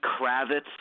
Kravitz